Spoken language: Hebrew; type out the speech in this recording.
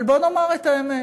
אבל בוא נאמר את האמת: